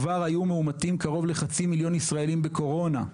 כבר היו מאומתים חצי מיליון ישראלים בקורונה.